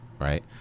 right